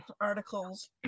articles